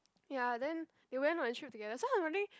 ya then they went on a trip together so I don't think